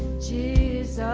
giis